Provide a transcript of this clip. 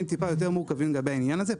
טיפה יותר מורכבים לגבי העניין הזה.